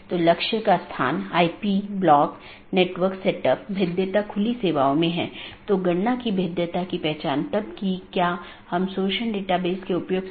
दूसरे अर्थ में जब मैं BGP डिवाइस को कॉन्फ़िगर कर रहा हूं मैं उस पॉलिसी को BGP में एम्बेड कर रहा हूं